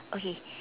okay